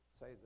say